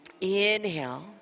Inhale